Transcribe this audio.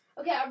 Okay